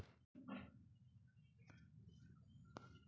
एहनो आरु देश छै जहां कर वसूलै मे कर चोरी के परेशानी बेसी छै